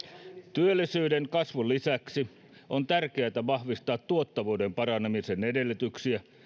työllisyyden kasvun lisäksi on tärkeätä vahvistaa tuottavuuden paranemisen edellytyksiä